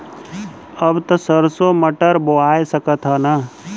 अब त सरसो मटर बोआय सकत ह न?